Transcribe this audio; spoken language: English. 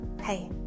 Hey